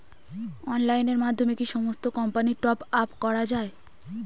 অনলাইনের মাধ্যমে কি সমস্ত কোম্পানির টপ আপ করা যায়?